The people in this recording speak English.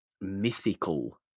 mythical